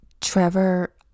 Trevor